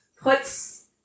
puts